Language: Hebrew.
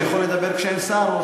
אני יכול לדבר כשאין שר?